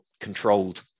controlled